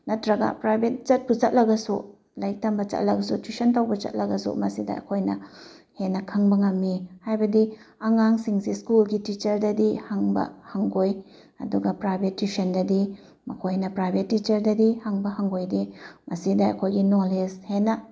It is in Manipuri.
ꯅꯠꯇꯔꯒ ꯄ꯭ꯔꯥꯏꯚꯦꯠ ꯆꯠꯄꯨ ꯆꯠꯂꯒꯁꯨ ꯂꯥꯏꯔꯤꯛ ꯇꯝꯕ ꯆꯠꯂꯒꯁꯨ ꯇ꯭ꯋꯤꯁꯟ ꯇꯧꯕ ꯆꯠꯂꯒꯁꯨ ꯃꯁꯤꯗ ꯑꯩꯈꯣꯏꯅ ꯍꯦꯟꯅ ꯈꯪꯕ ꯉꯝꯃꯤ ꯍꯥꯏꯕꯗꯤ ꯑꯉꯥꯡꯁꯤꯡꯁꯤ ꯁ꯭ꯀꯨꯜꯒꯤ ꯇꯤꯆꯔꯗꯗꯤ ꯍꯪꯕ ꯍꯪꯒꯣꯏ ꯑꯗꯨꯒ ꯄ꯭ꯔꯥꯏꯚꯦꯠ ꯇ꯭ꯋꯤꯁꯟꯗꯗꯤ ꯃꯈꯣꯏꯅ ꯄ꯭ꯔꯥꯏꯚꯦꯠ ꯇꯤꯆꯔꯗꯗꯤ ꯍꯪꯕ ꯍꯪꯒꯣꯏꯗꯦ ꯃꯁꯤꯗ ꯑꯩꯈꯣꯏꯅ ꯅꯧꯂꯦꯗꯖ ꯍꯦꯟꯅ